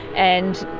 and